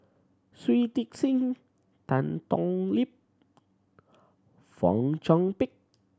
Shui Tit Sing Tan Thoon Lip Fong Chong Pik